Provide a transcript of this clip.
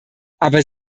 aber